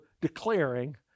declaring